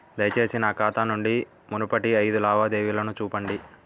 దయచేసి నా ఖాతా నుండి మునుపటి ఐదు లావాదేవీలను చూపండి